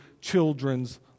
children's